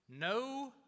No